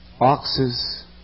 Oxes